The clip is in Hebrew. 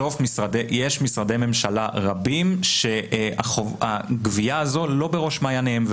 יש משרדי ממשלה רבים שהגבייה הזו לא בראש מעייניהם.